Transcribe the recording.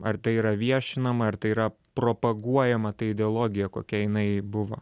ar tai yra viešinama ar tai yra propaguojama ta ideologija kokia jinai buvo